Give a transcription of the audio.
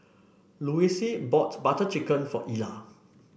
Louise bought Butter Chicken for Ilah